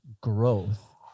growth